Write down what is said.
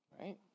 right